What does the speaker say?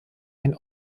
ein